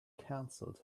canceled